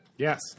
Yes